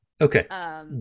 Okay